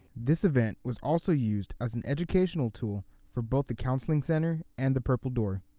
this event was also used as an educational tool for both the counseling center and the purple door.